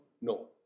No